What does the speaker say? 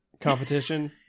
competition